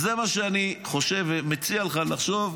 זה מה שאני חושב ומציע לך לחשוב.